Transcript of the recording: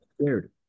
scared